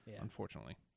unfortunately